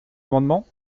amendement